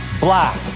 Black